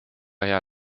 hea